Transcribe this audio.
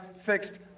fixed